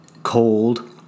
Cold